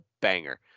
banger